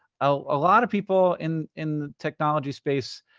a lot of people in in the technology space,